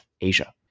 Asia